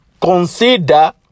consider